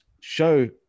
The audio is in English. show